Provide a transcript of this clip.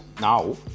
now